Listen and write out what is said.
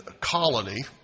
colony